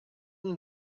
and